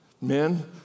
Men